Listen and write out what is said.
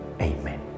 Amen